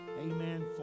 amen